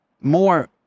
more